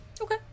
Okay